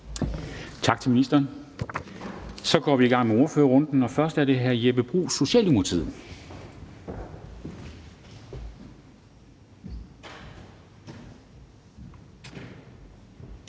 Tak til ministeren. Så går vi i gang med ordførerrunden, og først er det hr. Jeppe Bruus, Socialdemokratiet.